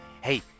hey